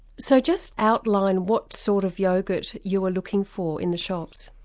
so just outline what sort of yoghurt you are looking for in the shops.